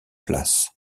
places